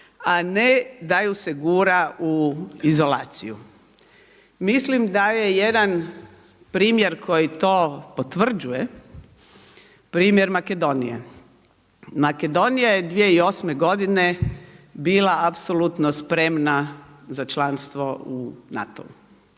a ne da ju se gura u izolaciju. Mislim da je jedan primjer koji to potvrđuje primjer Makedonije. Makedonija je 2008. godine bila apsolutno spremna za članstvo u NATO-u